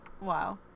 wow